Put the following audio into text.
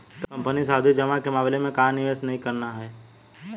Company सावधि जमा के मामले में कहाँ निवेश नहीं करना है?